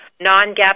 Non-GAAP